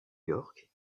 york